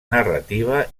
narrativa